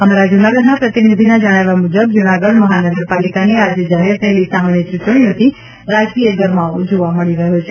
અમારા જૂનાગઢના પ્રતિનિધિના જણાવ્યા મુજબ જૂનાગઢ મહાનગરપાલિકાની આજે જાહેર થયેલી સામાન્ય ચૂંટણીઓથી રાજકીય ગરમાવો જોવા મળી રહ્યો છે